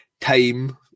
time